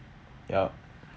yup